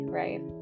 right